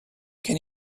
can